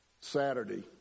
Saturday